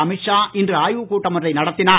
அமீத் ஷா இன்று ஆய்வு கூட்டம் ஒன்றை நடத்தினார்